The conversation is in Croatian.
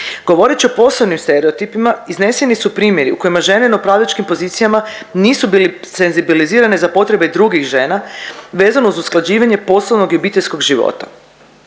Govorit ću o posebnim stereotipima, izneseni su primjeri u kojima žene na upravljačkim pozicijama nisu bili senzibilizirane za potrebe drugih žena vezano za usklađivanje poslovnog i obiteljskog života.